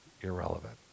Irrelevant